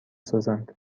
سازند